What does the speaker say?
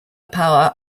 power